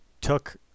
took